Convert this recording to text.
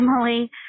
Emily